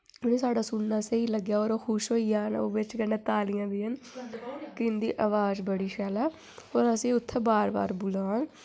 उ'नें साढ़ा सुनना स्हेई लग्गै और ओह् खुश होई जाह्न और बिच्च कन्नै तालियां देन कि इन्दी आवज़ बड़ी शैल ऐ और असें उत्थै बार बार बुलान